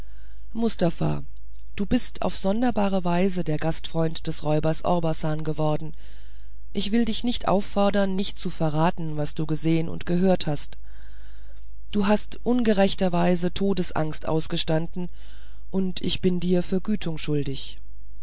mustafa du bist auf sonderbare weise der gastfreund des räubers orbasan geworden ich will dich nicht auffordern nicht zu verraten was du gesehen und gehört hast du hast ungerechterweise todesangst ausgestanden und ich bin dir vergütung schuldig